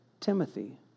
Timothy